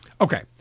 Okay